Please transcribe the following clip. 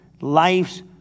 life's